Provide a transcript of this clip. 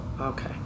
Okay